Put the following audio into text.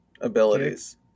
abilities